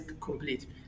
complete